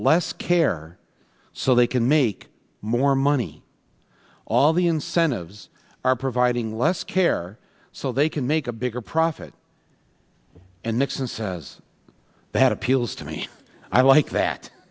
less care so they can make more money all the incentives are providing less care so they can make a bigger profit and nixon says that appeals to me i like that